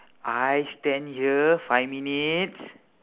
I stand here five minutes